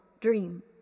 Dream